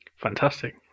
Fantastic